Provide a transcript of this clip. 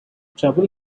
trouble